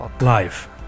Life